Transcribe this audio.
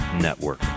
Network